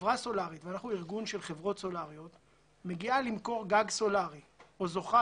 חברה סולרית מגיעה למכור גג סולרי או זוכה